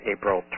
April